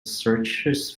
searches